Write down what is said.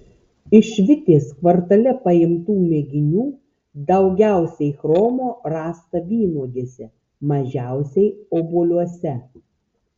iš vitės kvartale paimtų mėginių daugiausiai chromo rasta vynuogėse mažiausiai obuoliuose